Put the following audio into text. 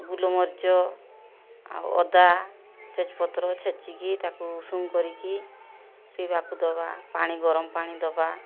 ଗୋଲମରିଚ ଆଉ ଅଦା ତେଜପତ୍ର ଛେଚିକି ତାକୁ ଉଷୁମ କରିକି ପିଇବାକୁ ଦେବା ପାଣି ଗରମ ପାଣି ଦେବା